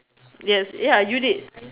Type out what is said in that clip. yes ya you did